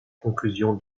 conclusion